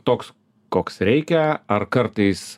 toks koks reikia ar kartais